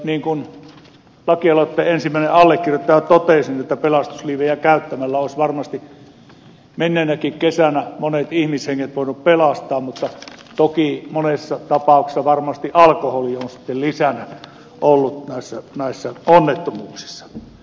niin kuin lakialoitteen ensimmäinen allekirjoittaja totesi pelastusliivejä käyttämällä olisi varmasti menneenäkin kesänä monet ihmishenget voitu pelastaa mutta toki monessa tapauksessa varmasti alkoholi on lisänä ollut näissä onnettomuuksissa